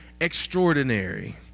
extraordinary